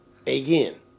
again